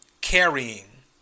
carrying